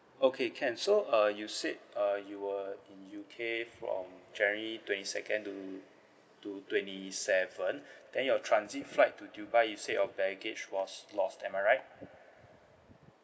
okay can so uh you said uh you were in U_K from january twenty second to to twenty seven then your transit flight to dubai you said a baggage was lost am I right